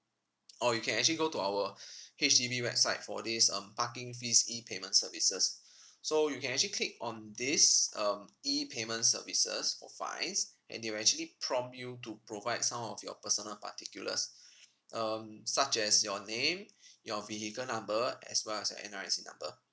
or you can actually go to our H_D_B website for this um parking fees E payment services so you can actually click on this um E payment services for fines and they will actually prompt you to provide some of your personal particulars um such as your name your vehicle number as well as your N_R_I_C number